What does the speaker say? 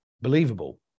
believable